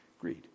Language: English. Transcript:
Greed